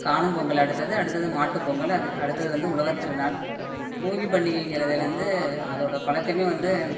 காணும் பொங்கல் அடுத்தது அடுத்தது மாட்டு பொங்கல் அதுக்கடுத்தது வந்து உழவர் திருநாள் போகி பண்டிகைங்கிறத வந்து அதோடய பழக்கமே வந்து